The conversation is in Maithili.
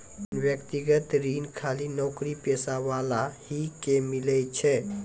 व्यक्तिगत ऋण खाली नौकरीपेशा वाला ही के मिलै छै?